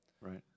Right